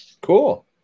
cool